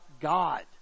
God